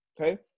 okay